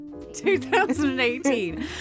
2018